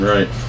Right